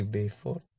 5T4